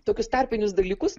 tokius tarpinius dalykus